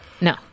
No